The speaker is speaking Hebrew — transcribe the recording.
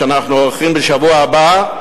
שאנחנו עורכים בשבוע הבא,